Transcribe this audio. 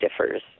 differs